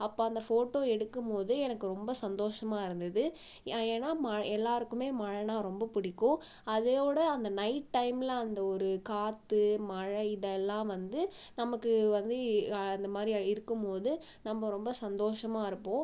அப்போ அந்த ஃபோட்டோ எடுக்கும் போது எனக்கு ரொம்ப சந்தோஷமாக இருந்தது ஏன்னால் மழை எல்லாருக்குமே மழைன்னா ரொம்ப பிடிக்கும் அதவோடு அந்த நைட் டைம்மில் அந்த ஒரு காற்று மழை இதெல்லாம் வந்து நமக்கு வந்து இ இந்த மாதிரியா இருக்கும் போது நம்ம ரொம்ப சந்தோஷமாக இருப்போம்